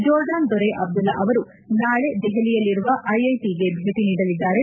Jordan ದೊರೆ Abdullah ಅವರು ನಾಳಿ ದೆಹಲಿಯಲ್ಲಿರುವ ಐಐಟಿಗೆ ಭೇಟಿ ನೀಡಲಿದ್ದಾರೆ